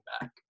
back